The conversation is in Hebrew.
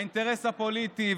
האינטרס הפוליטי,